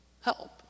help